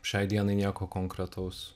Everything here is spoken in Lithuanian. šiai dienai nieko konkretaus